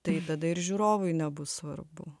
tai tada ir žiūrovui nebus svarbu